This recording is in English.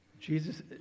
Jesus